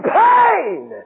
pain